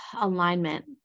alignment